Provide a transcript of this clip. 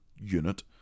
unit